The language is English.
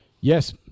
Yes